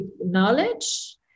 knowledge